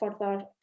further